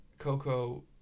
Coco